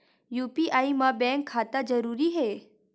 UPI मा bank खाता जरूरी हे?